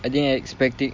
I didn't expect it